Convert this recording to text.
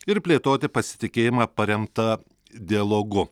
ir plėtoti pasitikėjimą paremtą dialogu